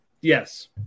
Yes